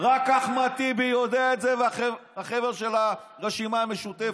רק אחמד טיבי יודע את זה והחבר'ה של הרשימה המשותפת.